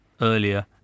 Earlier